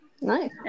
Nice